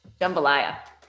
Jambalaya